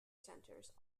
centres